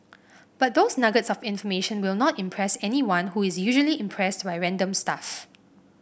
but those nuggets of information will not impress anyone who is usually impressed by random stuff